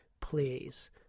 Please